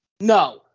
No